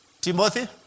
timothy